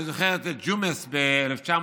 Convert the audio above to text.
אני זוכר את ג'ומס ב-1999,